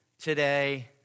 today